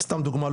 סתם דוגמה,